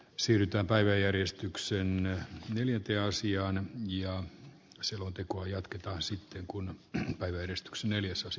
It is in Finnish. siirrytään päiväjärjestykseen yliote asiaan ja selluntekoa jatketaan sitten kun yhdistyksen edellyttävänkin